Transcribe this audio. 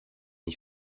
ich